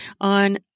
on